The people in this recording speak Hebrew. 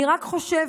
אני רק חושבת